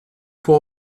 può